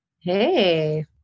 Hey